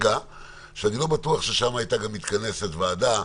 אני לא בטוח ששם הייתה גם מתכנסת ועדה.